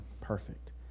perfect